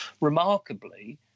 remarkably